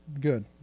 good